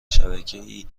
شبکهای